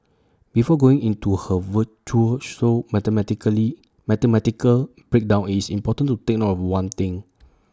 before going into her virtuoso mathematically mathematical breakdown is important to take note of one thing